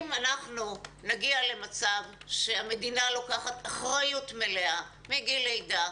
אם אנחנו נגיע למצב שהמדינה לוקחת אחריות מלאה מגיל לידה,